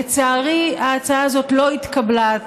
לצערי, ההצעה הזאת לא התקבלה,